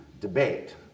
debate